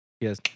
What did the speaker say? Yes